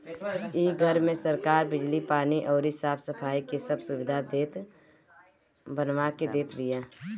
इ घर में सरकार बिजली, पानी अउरी साफ सफाई के सब सुबिधा बनवा के देत बिया